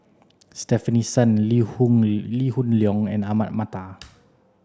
Stefanie Sun Lee Hoon Lee Lee Hoon Leong and Ahmad Mattar